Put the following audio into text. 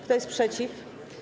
Kto jest przeciw?